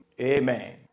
amen